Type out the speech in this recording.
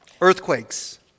Earthquakes